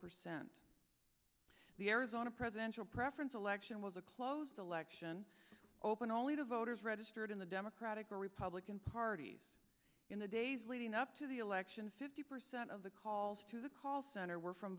percent the arizona presidential preference election was a close election open only to voters registered in the democratic or republican parties in the days leading up to the election fifty percent of the calls to the call center were from